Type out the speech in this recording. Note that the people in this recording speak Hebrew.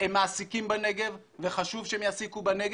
הם מעסיקים בנגב וחשוב שיעסיקו בנגב,